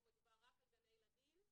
פה מדובר רק על גני ילדים,